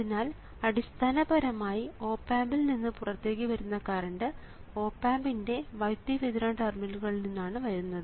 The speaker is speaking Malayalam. അതിനാൽ അടിസ്ഥാനപരമായി ഓപ് ആമ്പിൽ നിന്ന് പുറത്തേക്ക് വരുന്ന കറണ്ട് ഓപ് ആമ്പിന്റെ വൈദ്യുതി വിതരണ ടെർമിനലുകളിൽ നിന്നാണ് വരുന്നത്